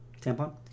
Tampon